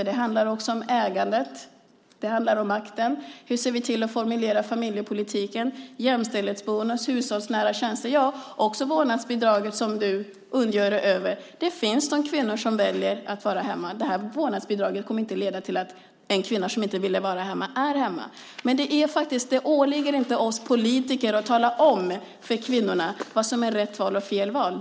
Det handlar också om ägandet och makten. Hur ser vi till att formulera familjepolitiken? Det handlar om jämställdhetsbonus, hushållsnära tjänster och också om vårdnadsbidraget som du ondgör dig över. Det finns de kvinnor som väljer att vara hemma. Vårdnadsbidraget kommer inte att leda till att kvinnor som inte vill vara hemma är hemma. Dock åligger det inte oss politiker att tala om för kvinnorna vad som är rätt val och fel val.